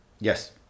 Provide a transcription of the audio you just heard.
Yes